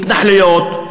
התנחלויות,